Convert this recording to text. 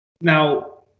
Now